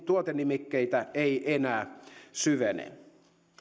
tuotenimikkeitä ei enää syvene